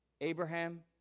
Abraham